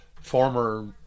former